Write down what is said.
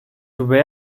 where